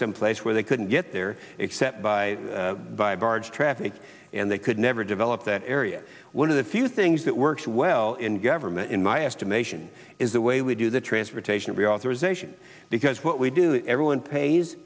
someplace where they couldn't get there except by by barge traffic and they could never develop that area one of the few things that works well in government in my estimation is the way we do the transportation reauthorization because what we do everyone pays